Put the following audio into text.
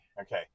Okay